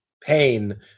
pain